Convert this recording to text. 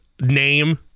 name